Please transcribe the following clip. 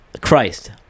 Christ